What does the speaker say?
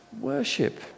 worship